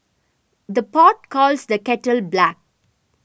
the pot calls the kettle black